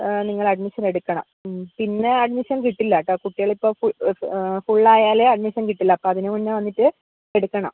നിങ്ങൾ അഡ്മിഷൻ എടുക്കണം പിന്നെ അഡ്മിഷൻ കിട്ടില്ല കേട്ടോ കുട്ടികൾ ഇപ്പോൾ ഫുൾ ആയാൽ അഡ്മിഷൻ കിട്ടില്ല അപ്പോൾ അതിന് മുന്നേ വന്നിട്ട് എടുക്കണം